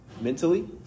mentally